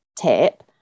tip